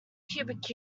cubic